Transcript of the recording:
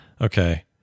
okay